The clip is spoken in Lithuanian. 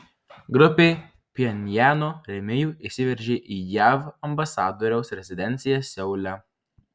grupė pchenjano rėmėjų įsiveržė į jav ambasadoriaus rezidenciją seule